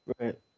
Right